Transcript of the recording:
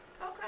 Okay